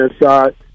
inside